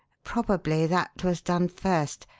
probably that was done first,